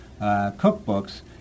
cookbooks